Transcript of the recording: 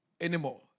anymore